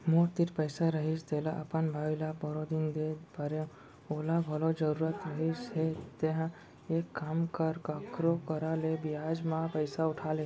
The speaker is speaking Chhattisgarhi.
मोर तीर पइसा रहिस तेला अपन भाई ल परोदिन दे परेव ओला घलौ जरूरत रहिस हे तेंहा एक काम कर कखरो करा ले बियाज म पइसा उठा ले